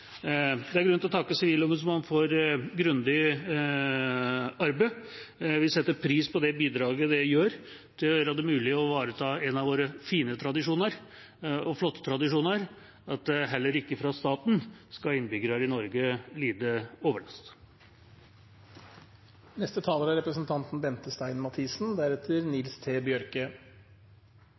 Det er grunn til å takke Sivilombudsmannen for et grundig arbeid. Vi setter pris på det bidraget det gir for å ivareta en av våre flotte tradisjoner, nemlig at heller ikke fra statens side skal innbyggere i Norge lide overlast. Jeg vil også takke saksordføreren for et grundig arbeid med denne saken. Det er